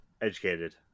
educated